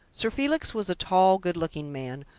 sir felix was a tall, good-looking man,